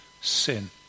sin